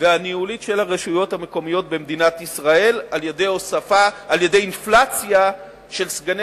והניהולית של הרשויות המקומיות במדינת ישראל על-ידי אינפלציה של סגני